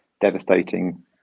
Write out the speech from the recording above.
devastating